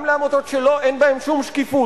גם לעמותות שאין בהן שום שקיפות,